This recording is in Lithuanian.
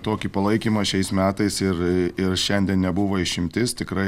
tokį palaikymą šiais metais ir ir šiandien nebuvo išimtis tikrai